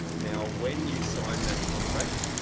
now when you sign that contract,